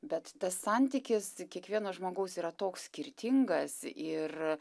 bet tas santykis kiekvieno žmogaus yra toks skirtingas ir a